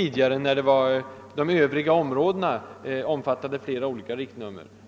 avdelningen »Övriga områden» tidigare omfattade flera olika riktnummer.